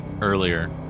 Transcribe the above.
earlier